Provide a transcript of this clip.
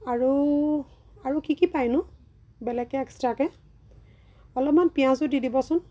আৰু আৰু কি কি পায় নো বেলেগকৈ এক্সট্ৰাকে অলপমান পিঁয়াজো দি দিবচোন